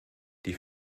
die